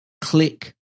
click